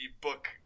book